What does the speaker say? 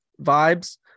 vibes